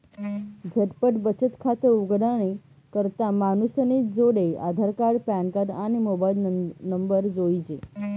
झटपट बचत खातं उघाडानी करता मानूसनी जोडे आधारकार्ड, पॅनकार्ड, आणि मोबाईल नंबर जोइजे